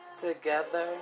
Together